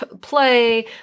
play